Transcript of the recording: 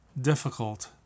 difficult